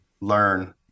learn